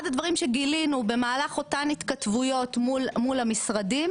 אחד הדברים שגילינו במהלך אותן התכתבויות מול המשרדים